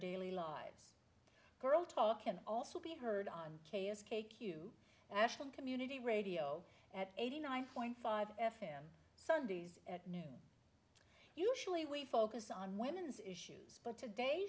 daily lives girl talk can also be heard on k s k q action community radio at eighty nine point five f m sundays at noon usually we focus on women's issues but today